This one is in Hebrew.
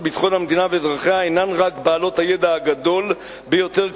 ביטחון המדינה ואזרחיה אינן רק בעלות הידע הגדול ביותר,